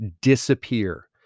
disappear